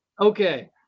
Okay